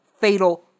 Fatal